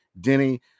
Denny